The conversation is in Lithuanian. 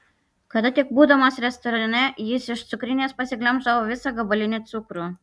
kada tik būdamas restorane jis iš cukrinės pasiglemždavo visą gabalinį cukrų